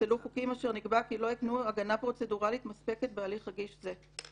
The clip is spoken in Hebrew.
נפסלו חוקים אשר נקבע כי לא יתנו הגנה פרוצדוראלית מספקת בהליך רגיש זה.